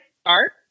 start